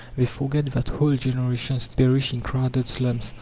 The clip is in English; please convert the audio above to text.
they forget that whole generations perish in crowded slums,